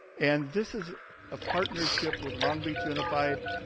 and this is a partnership with long beach unified,